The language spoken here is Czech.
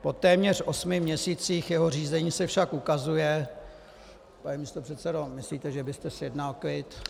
Po téměř osmi měsících jeho řízení se však ukazuje pane místopředsedo, myslíte, že byste zjednal klid?